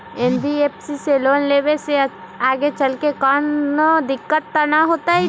NBFC से loan लेबे से आगेचलके कौनो दिक्कत त न होतई न?